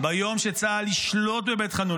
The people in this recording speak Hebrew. ביום שצה"ל ישלוט בבית חאנון,